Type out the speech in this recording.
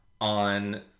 on